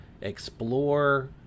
explore